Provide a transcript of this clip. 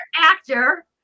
actor